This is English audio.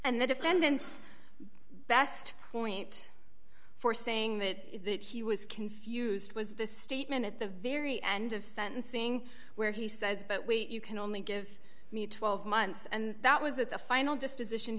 and the defendant's best point for saying that he was confused was the statement at the very end of sentencing where he says but wait you can only give me twelve months and that was at the final disposition